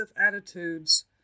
attitudes